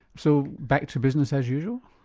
so back to business as usual?